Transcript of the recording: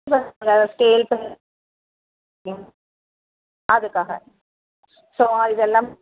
scale pencil அதுக்காக so இது எல்லாம்